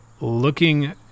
looking